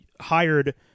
hired